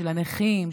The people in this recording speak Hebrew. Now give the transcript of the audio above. של הנכים,